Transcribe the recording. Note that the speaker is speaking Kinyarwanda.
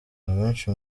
abenshi